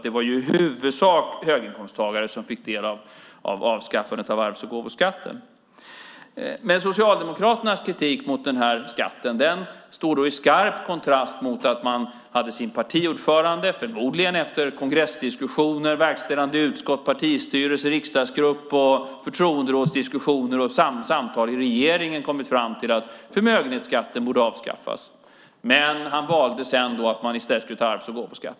Det var alltså i huvudsak höginkomsttagare som fick del av avskaffandet av arvs och gåvoskatten. Men Socialdemokraternas kritik mot den här skatten står i skarp kontrast mot att deras partiordförande, förmodligen efter diskussioner i kongress, verkställande utskott, partistyrelse, riksdagsgrupp, förtroenderåd och regering, kommit fram till att förmögenhetsskatten borde avskaffas. Men han valde sedan att man i stället skulle ta arvs och gåvoskatten.